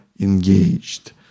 engaged